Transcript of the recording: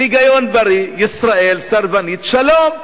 של היגיון בריא: ישראל סרבנית שלום.